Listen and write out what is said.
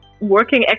working